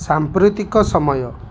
ସାମ୍ପ୍ରତିକ ସମୟ